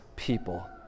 people